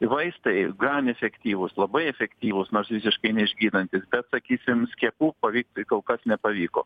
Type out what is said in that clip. vaistai gan efektyvūs labai efektyvūs nors visiškai neišgydantys sakysim skiepų pavykt tai kol kas nepavyko